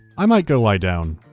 i might go lie down.